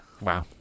Wow